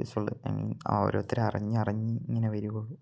useful I mean ഓരോരുത്തർ അറിഞ്ഞ് ഇങ്ങനെ വരുക ഉള്ളു